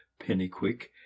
Pennyquick